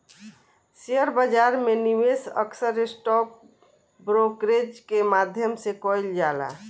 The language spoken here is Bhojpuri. शेयर बाजार में निवेश अक्सर स्टॉक ब्रोकरेज के माध्यम से कईल जाला